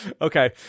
Okay